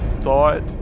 thought